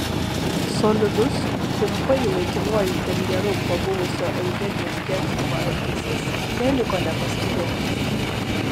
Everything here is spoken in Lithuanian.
solidus trumpai laikinuoju premjeru pabuvusio eugenijaus gentvilo elgesys neliko nepastebėtas